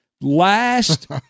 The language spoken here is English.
last